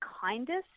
kindest